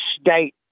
state